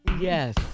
Yes